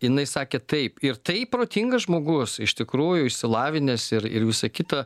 jinai sakė taip ir tai protingas žmogus iš tikrųjų išsilavinęs ir ir visa kita